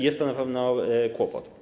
Jest to na pewno kłopot.